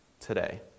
today